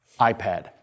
iPad